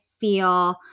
feel